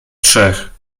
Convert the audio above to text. trzech